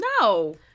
No